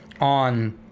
on